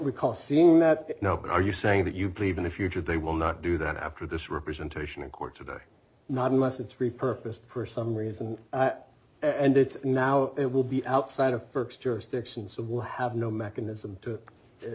recall seeing that are you saying that you believe in the future they will not do that after this representation in court today not unless it's repurposed for some reason and it's now it will be outside of st jurisdiction some will have no mechanism to